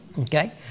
Okay